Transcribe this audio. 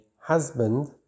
husband